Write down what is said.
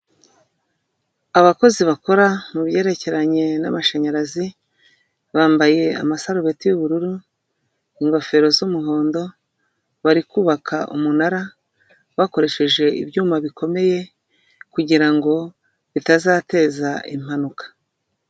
Abakozi bakora mubyerekeranye n'amashanyarazi. Bambaye amasarubeti y'ubururu, ingofero z'umuhondo, barikubaka umunara, bakoresheje ibyuma bikomeye, kugira ngo bitazateza impanuka.